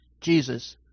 Jesus